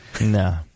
No